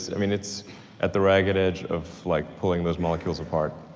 it's i mean it's at the ragged edge of like pulling those molecules apart.